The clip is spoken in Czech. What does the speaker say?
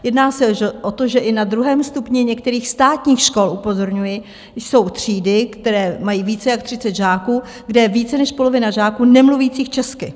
Jedná se o to, že i na druhém stupni některých státních škol, upozorňuji, jsou třídy, které mají více jak 30 žáků, kde je více než polovina žáků nemluvících česky.